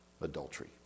adultery